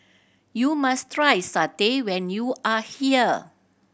you must try satay when you are here